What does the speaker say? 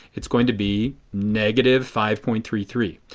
it is going to be negative five point three three.